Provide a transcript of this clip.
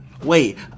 Wait